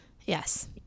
Yes